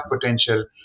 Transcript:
potential